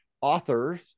authors